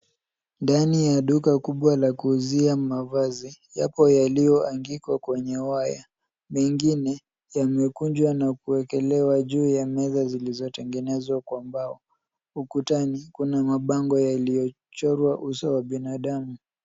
Ndani ya duka kubwa la kuuzia mavazi yapo yaliyoangikwa kwenye waya. Mengine yamekunjwa na kuwekelewa juu ya meza zilizotengenezwa kwa mbao. Ukutani kuna mabango yaliochorwa uso wa binadamu.